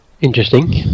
Interesting